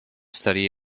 study